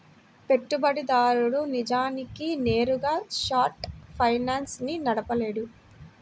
పెట్టుబడిదారుడు నిజానికి నేరుగా షార్ట్ ఫైనాన్స్ ని నడపలేడు